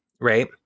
right